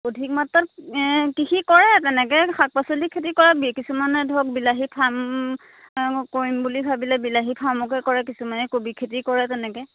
অধিক মাত্ৰাত কৃষি কৰে এনেকৈ শাক পাচলি খেতি কৰে কিছুমানে ধৰক বিলাহী ফাৰ্ম এনেকৈ কৰিম বুলি ভাবিলে বিলাহী ফাৰ্মকে কৰে কিছুমানে কবি খেতি কৰে তেনেকৈ